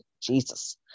Jesus